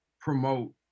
promote